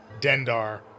Dendar